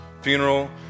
funeral